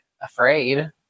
afraid